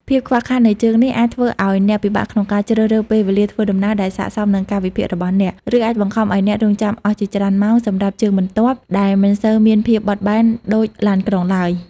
ភាពខ្វះខាតនៃជើងនេះ អាចធ្វើឱ្យអ្នកពិបាកក្នុងការជ្រើសរើសពេលវេលាធ្វើដំណើរ ដែលស័ក្តិសមនឹងកាលវិភាគរបស់អ្នក ឬអាចបង្ខំឱ្យអ្នករង់ចាំអស់ជាច្រើនម៉ោងសម្រាប់ជើងបន្ទាប់ ដែលមិនសូវមានភាពបត់បែនដូចឡានក្រុងឡើយ។